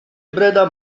breda